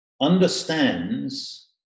understands